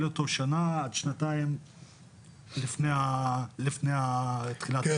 אותו שנה עד שנתיים לפני תחילת --- כן,